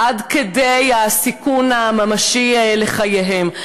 עד כדי הסיכון הממשי לחייהם.